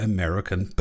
American